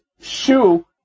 shoe